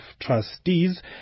trustees